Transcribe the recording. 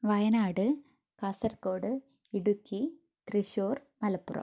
Wayanad Kasaragod Idukki Thrissur Malappuram